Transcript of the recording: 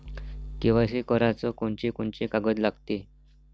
KYC कराच कोनचे कोनचे कागद लागते?